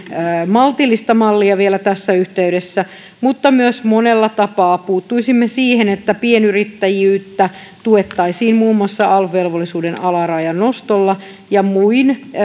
maltillista mallia vielä tässä yhteydessä mutta myös monella tapaa puuttuisimme siihen että pienyrittäjyyttä tuettaisiin muun muassa alv velvollisuuden alarajan nostolla ja muin